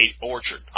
orchard